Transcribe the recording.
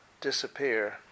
disappear